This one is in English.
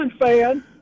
fan